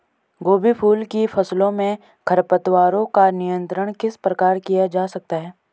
गोभी फूल की फसलों में खरपतवारों का नियंत्रण किस प्रकार किया जा सकता है?